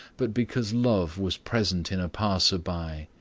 but because love was present in a passer-by,